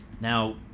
Now